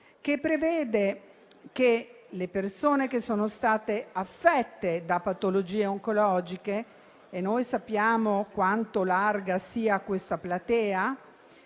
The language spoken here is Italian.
che prevede che le persone che sono state affette da patologie oncologiche - e noi sappiamo quanto larga sia questa platea